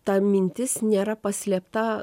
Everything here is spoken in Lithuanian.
ta mintis nėra paslėpta